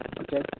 Okay